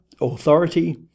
authority